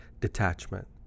detachment